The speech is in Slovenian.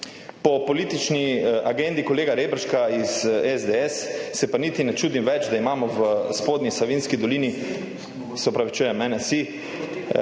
Po politični agendi kolega Reberška iz SDS se pa niti ne čudim več, da imamo v Spodnji Savinjski dolini …/ oglašanje iz